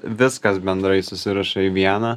viskas bendrai susiraša į vieną